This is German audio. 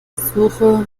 suche